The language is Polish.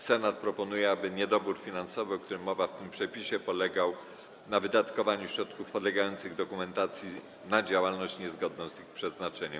Senat proponuje, aby niedobór finansowy, o którym mowa w tym przepisie, polegał na wydatkowaniu środków podlegających dokumentacji na działalność niezgodną z ich przeznaczeniem.